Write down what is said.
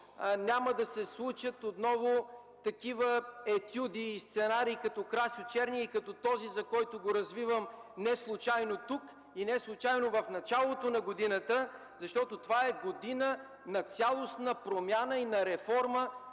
няма да се случат отново такива етюди и сценарии като Красьо Черния и като този, който развивам неслучайно тук и неслучайно в началото на годината, защото това е година на цялостна промяна и на реформа